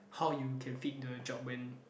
how you can fit into a job when